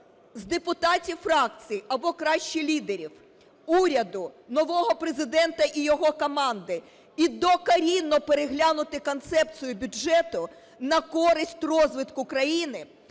з депутатів фракцій або краще лідерів, уряду, нового Президента і його команди, і докорінно переглянути концепцію бюджету на користь розвитку країни